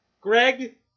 Greg